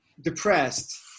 depressed